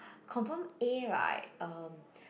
confirm A right um